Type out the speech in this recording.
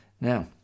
now